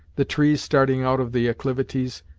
the trees starting out of the acclivities,